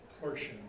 portion